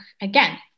again